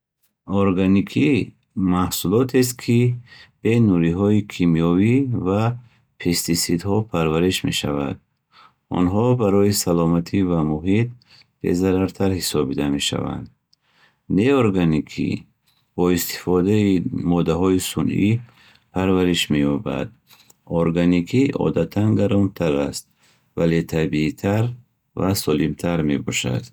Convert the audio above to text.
Органикӣ маҳсулотест, ки бе нуриҳои кимиёвӣ ва пестисидҳо парвариш мешавад. Онҳо барои саломатӣ ва муҳит безарартар ҳисобида мешаванд. Неорганикӣ, бо истифодаи моддаҳои сунъӣ парвариш меёбад. Органикӣ одатан гаронтар аст, вале табиитар ва солимтар мебошад.